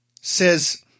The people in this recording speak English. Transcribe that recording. says